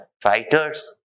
fighters